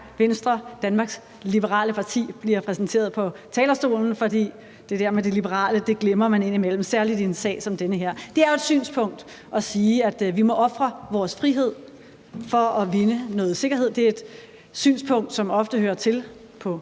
Venstre, Danmarks Liberale Parti, bliver præsenteret på talerstolen, for det der med det liberale glemmer man indimellem, særlig i en sag som denne. Det er jo et synspunkt, man kan have, at vi må ofre vores frihed for at vinde noget sikkerhed. Det er et synspunkt, som der ofte bliver givet